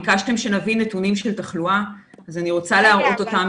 ביקשתם שנביא נתונים של תחלואה אז אני רוצה להראות אותם,